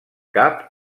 cap